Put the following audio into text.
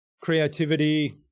creativity